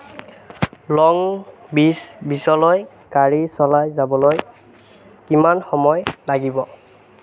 লং Beach বীচ্লৈ গাড়ী চলাই যাবলৈ কিমান সময় লাগিব